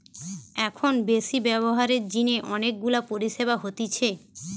এখন বেশি ব্যবহারের জিনে অনেক গুলা পরিষেবা হতিছে